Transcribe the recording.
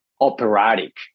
operatic